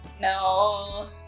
No